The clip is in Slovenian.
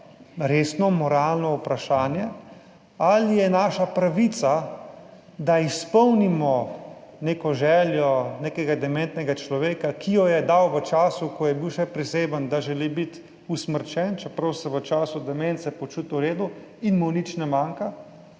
resno moralno vprašanje ali je naša pravica, da izpolnimo neko željo nekega dementnega človeka, ki jo je dal v času, ko je bil še priseben, da želi biti usmrčen, čeprav se v času demence počuti v redu in mu nič ne manjka,